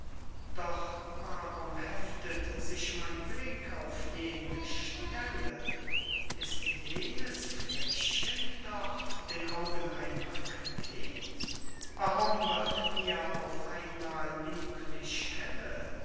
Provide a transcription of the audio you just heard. doch warum heftet sich mein blick auf jene stelle ist jenes fläschchen dort den augen ein magnet warum wird mir auf einmal lieblich helle